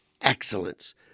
excellence